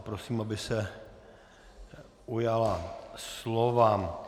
Prosím, aby se ujala slova.